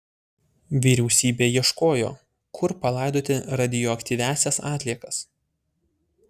vyriausybė ieškojo kur palaidoti radioaktyviąsias atliekas